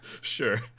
Sure